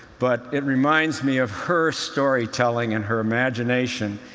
but it reminds me of her storytelling and her imagination,